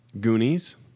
Goonies